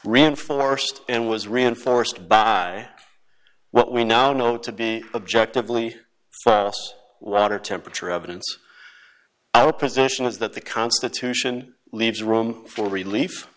reinforced and was reinforced by what we now know to be objectively water temperature evidence our position is that the constitution leaves room for relief